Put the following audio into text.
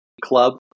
club